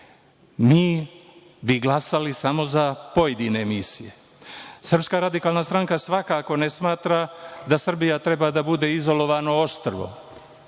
Mi bi glasali samo za pojedine misije. Srpska radikalna stranka svakako ne smatra da Srbija treba da bude izolovano ostrvo,